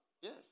Yes